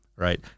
Right